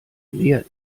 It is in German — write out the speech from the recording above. leer